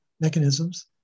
mechanisms